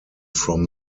from